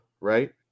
right